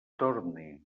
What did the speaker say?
torne